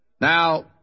Now